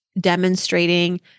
demonstrating